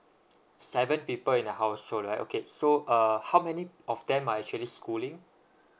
seven people in the household right okay so uh how many of them are actually schooling